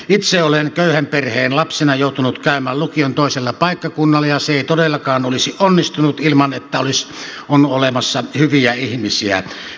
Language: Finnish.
itse olen köyhän perheen lapsena joutunut käymän lukion toisella paikkakunnalla ja se ei todellakaan olisi onnistunut ilman että on olemassa hyviä ihmisiä